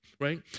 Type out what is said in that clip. right